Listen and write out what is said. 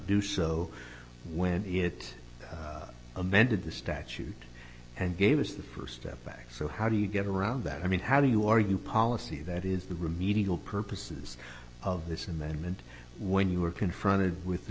do so when it amended the statute and gave us the st step back so how do you get around that i mean how do you argue policy that is the remedial purposes of this and then meant when you are confronted with the